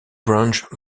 range